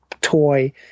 toy